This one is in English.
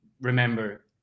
remember